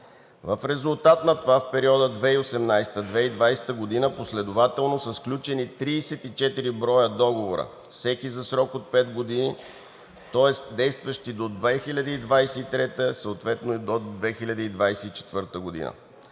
В резултат на това в периода 2018 – 2020 г. последователно са сключени 34 броя договори, всеки за срок от пет години, действащи до 2023 г. и съответно до 2024 г.